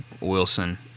Wilson-